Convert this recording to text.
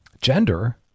gender